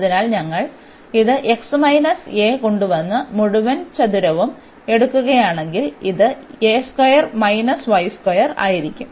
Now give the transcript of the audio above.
അതിനാൽ ഞങ്ങൾ ഇത് കൊണ്ടുവന്ന് മുഴുവൻ ചതുരവും എടുക്കുകയാണെങ്കിൽ ഇത് ആയിരിക്കും